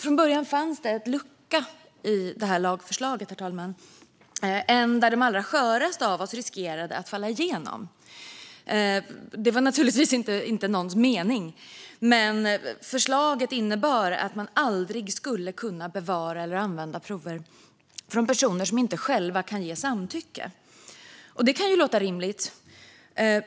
Från början fanns det en lucka i detta lagförslag, där de allra sköraste av oss riskerade att falla igenom. Det var naturligtvis inte någons mening. Men förslaget innebar att man aldrig skulle kunna bevara eller använda prover från personer som inte själva kan ge samtycke. Det kan låta rimligt.